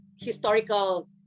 historical